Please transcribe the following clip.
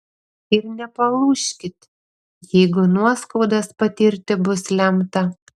ir nepalūžkit jeigu nuoskaudas patirti bus lemta